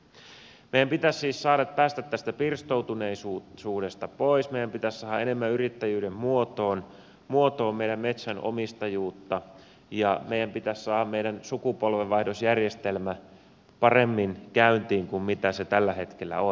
meidän pitäisi siis päästä tästä pirstoutuneisuudesta pois meidän pitäisi saada enemmän yrittäjyyden muotoon meidän metsänomistajuutta ja meidän pitäisi saada meidän sukupolvenvaihdosjärjestelmä paremmin käyntiin kuin se tällä hetkellä on